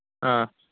ꯑꯥ